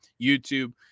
YouTube